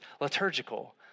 liturgical